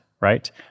right